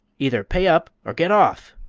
either pay up or get off!